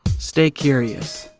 stay curious!